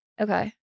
Okay